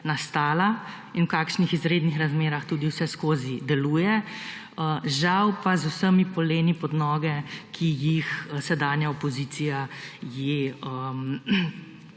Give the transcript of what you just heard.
nastala in v kakšnih izrednih razmerah tudi vseskozi deluje. Žal pa z vsemi poleni pod noge, ki jih sedanja opozicija ji